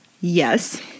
Yes